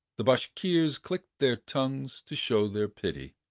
the bashkirs clicked their tongues to show their pity.